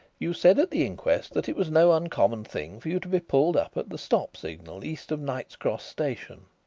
you said at the inquest that it was no uncommon thing for you to be pulled up at the stop signal east of knight's cross station.